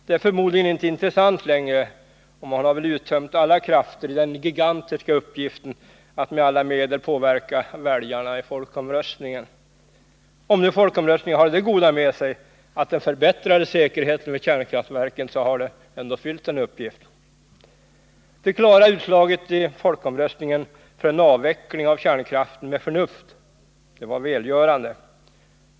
Det är förmodligen inte intressant längre, och man har väl uttömt alla krafter i den gigantiska uppgiften att med alla medel påverka väljarna i folkomröstningen. Om nu folkomröstningen hade det goda med sig att den förbättrade säkerheten vid kärnkraftverken, så har den ändå fyllt en uppgift. Det klara utslaget i folkomröstningen för en avveckling av kärnkraften med förnuft var välgörande.